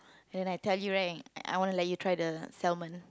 then I tell you right I wanna let you try the salmon